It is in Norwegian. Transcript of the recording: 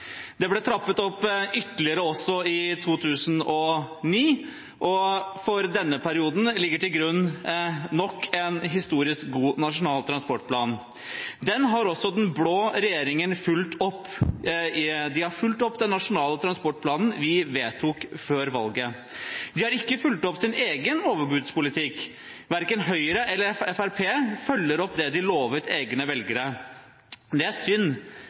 Det ble trappet ytterligere opp i 2009, og for denne perioden ligger nok en historisk god Nasjonal transportplan til grunn. Den har også den blå regjeringen fulgt opp. De har fulgt opp den nasjonale transportplanen vi vedtok før valget. De har ikke fulgt opp sin egen overbudspolitikk. Verken Høyre eller Fremskrittspartiet følger opp det de lovet egne velgere. Det er synd.